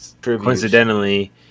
coincidentally